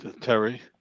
Terry